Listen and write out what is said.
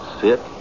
sit